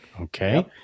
Okay